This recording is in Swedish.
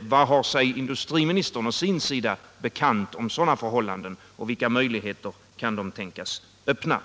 Vad har industriministern sig bekant om sådana förhållanden, och vilka möjligheter kan de tänkas öppna?